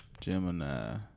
Gemini